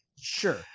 Sure